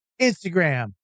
Instagram